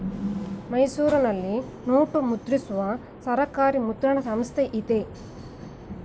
ಮೈಸೂರಿನಲ್ಲಿ ನೋಟು ಮುದ್ರಿಸುವ ಸರ್ಕಾರಿ ಮುದ್ರಣ ಸಂಸ್ಥೆ ಇದೆ